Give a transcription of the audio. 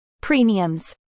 premiums